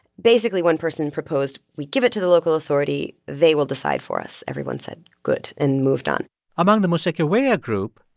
basically, one person proposed, we give it to the local authority they will decide for us. everyone said, good, and moved on among the musekeweya ah group,